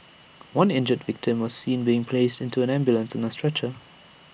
one injured victim was seen being placed into an ambulance on A stretcher